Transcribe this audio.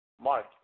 Mark